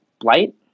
Blight